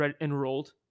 enrolled